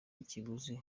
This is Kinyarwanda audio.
ikiguzi